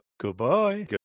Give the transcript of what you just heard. Goodbye